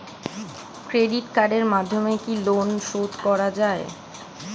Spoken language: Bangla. ক্রেডিট কার্ডের মাধ্যমে কি লোন শোধ করা যায়?